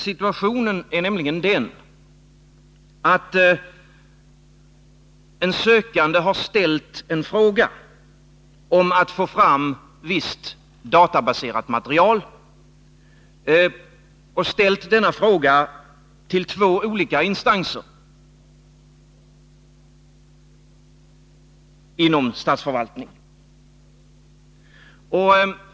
Situationen är nämligen den att en sökande till två olika instanser inom statsförvaltningen har ställt en fråga om att få fram visst databaserat material.